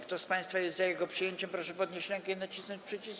Kto z państwa jest za jego przyjęciem, proszę podnieść rękę i nacisnąć przycisk.